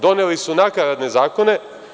Doneli su nakaradne zakone.